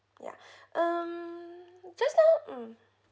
ya um just now mm